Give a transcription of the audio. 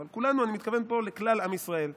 אבל בכולנו אני מתכוון פה לכלל עם ישראל.